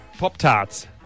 Pop-tarts